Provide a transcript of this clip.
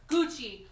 Gucci